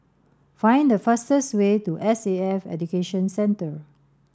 find the fastest way to S C F Education Centre